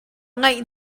ngeih